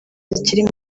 zikiri